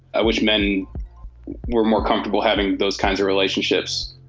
i wish men were more comfortable having those kinds of relationships.